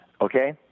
Okay